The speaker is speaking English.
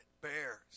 bears